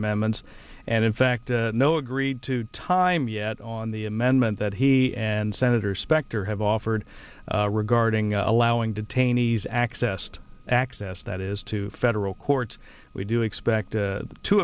amendments and in fact no agreed to time yet on the amendment that he and senator specter have offered regarding allowing detainees accessed access that is to federal court we do expect